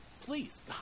please